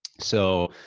so,